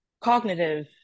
cognitive